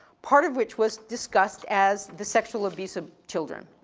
part of which was discussed as the sexual abuse of children.